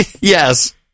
Yes